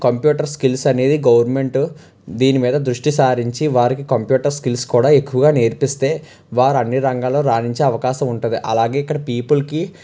computer skills అనేది government దీని మీద దృష్టి సారించి వారికి కంప్యూటర్ స్కిల్స్ కూడా ఎక్కువగా నేర్పిస్తే వారు అన్ని రంగాల్లో రాణించే అవకాశం ఉంటుంది అలాగే ఇక్కడ పీపుల్కి